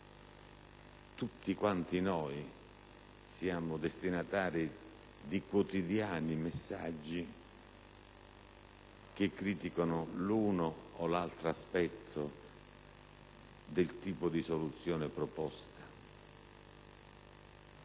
Tutti noi siamo destinatari di quotidiani messaggi che criticano l'uno o l'altro aspetto del tipo di soluzione proposto.